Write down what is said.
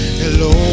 hello